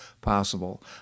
possible